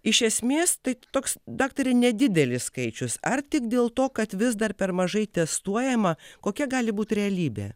iš esmės tai toks daktare nedidelis skaičius ar tik dėl to kad vis dar per mažai testuojama kokia gali būt realybė